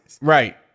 Right